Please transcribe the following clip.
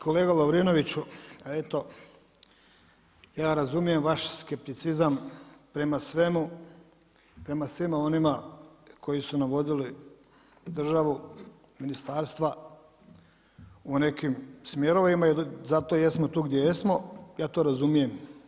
Kolega Lovirnoviću, eto ja razumijem vaš skepticizam prema svemu, prema svima onima koji su nam vodili državu, ministarstva u nekim smjerovima i zato jesmo tu gdje jesmo, ja to razumijem.